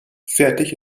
fertig